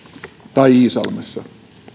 tai iisalmessa